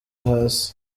hasi